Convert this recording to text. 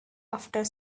after